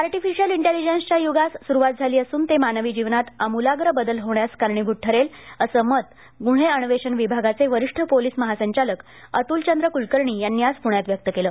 artificial इंटीलिजन्सच्या युगास सुरुवात झाली असून ते मानवी जीवनात आमुलाग्र बदल होण्यास कारणीभुत ठरेल अस मत गुन्हे अनवेषण विभागाचे वरिष्ठ पोलीस महासंचालक अत्लचंद्र कुलकर्णी यांनी आज प्ण्यात व्यक्त केलं